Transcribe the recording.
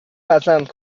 پسند